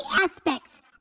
aspects